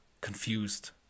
confused